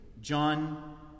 John